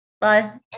Bye